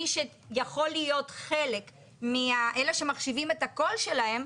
מי שיכול להיות חלק מאלה שמחשיבים את הקול שלהם,